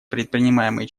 предпринимаемые